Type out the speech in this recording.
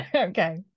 okay